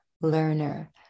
learner